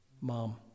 Mom